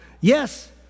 yes